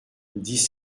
dix